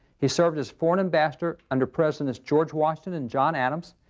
he served as foreign ambassador under presidents george washington and john adams,